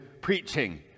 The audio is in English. preaching